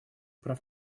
прав